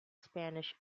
spanish